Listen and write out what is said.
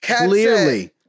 Clearly